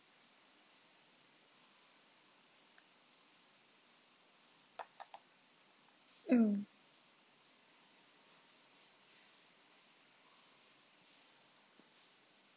um